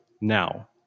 now